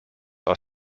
are